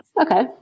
okay